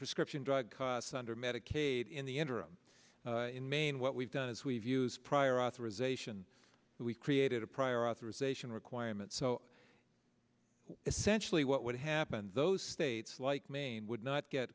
prescription drug costs under medicaid in the interim in maine what we've done is we've used prior authorization we created a prior authorization requirement so essentially what would happen those states like maine would not get